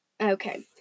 Okay